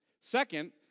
Second